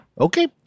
Okay